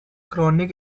chronic